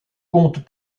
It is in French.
compte